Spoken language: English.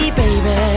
baby